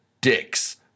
dicks